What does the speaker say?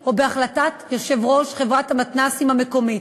או בהחלטת יושב-ראש חברת המתנ"סים המקומית.